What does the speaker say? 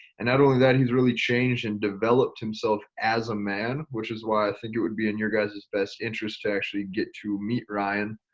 and not only that he's really changed and developed himself as a man which is why i think it would be in your guyses best interest to actually get to meet ryan.